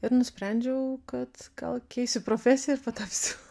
ir nusprendžiau kad gal keisiu profesiją ir patapsiu